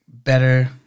Better